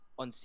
on